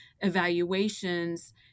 evaluations